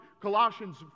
Colossians